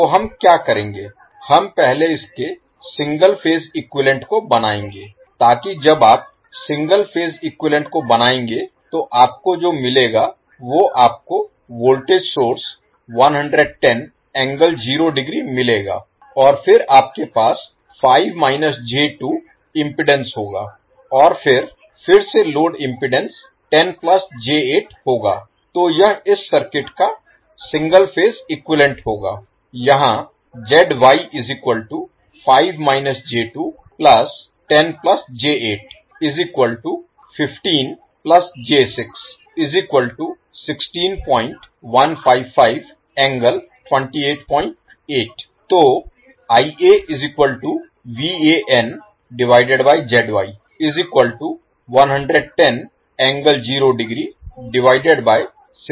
तो हम क्या करेंगे हम पहले इसके सिंगल फेज इक्विवैलेन्ट को बनाएंगे ताकि जब आप सिंगल फेज इक्विवैलेन्ट को बनाएंगे तो आपको जो मिलेगा वो आपको वोल्टेज सोर्स मिलेगा और फिर आपके पास 5 j2 इम्पीडेन्स होगा और फिर फिर से लोड इम्पीडेन्स 10 j8 होगा तो यह इस सर्किट का सिंगल फेज इक्विवैलेन्ट होगा